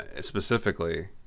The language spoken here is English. Specifically